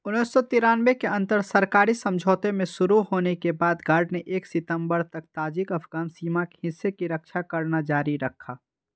उन्नीस सौ तिरानवे के अंतर सरकारी समझौते में शुरू होने के बाद गार्ड ने एक सितंबर तक ताजिक अफगान सीमा की हिस्से की रक्षा करना जारी रखा